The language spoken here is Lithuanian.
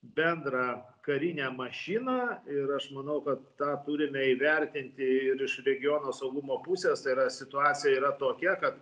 bendrą karinę mašiną ir aš manau kad tą turime įvertinti ir iš regiono saugumo pusės tai yra situacija yra tokia kad